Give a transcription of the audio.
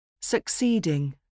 Succeeding